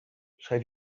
schrijf